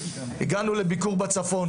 הגענו לביקור בצפון.